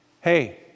Hey